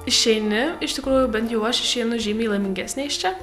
išeini iš tikrųjų bent jau aš išeinu žymiai laimingesnė iš čia